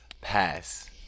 Pass